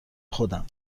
خودم